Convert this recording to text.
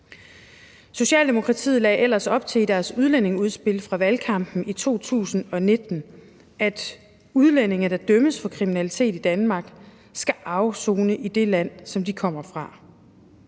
Socialdemokratiet lagde ellers op til i deres udlændingeudspil fra valgkampen i 2019, at udlændinge, der dømmes for kriminalitet i Danmark, skal afsone i det land, som de kommer fra.